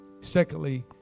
Secondly